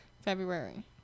February